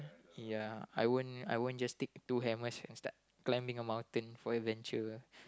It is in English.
ya I won't I won't just take two hammer and start climbing a mountain for adventure